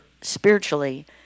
spiritually